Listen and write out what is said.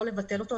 לא לבטל אותו,